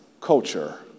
culture